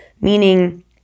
meaning